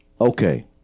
Okay